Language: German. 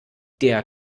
der